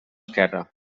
esquerra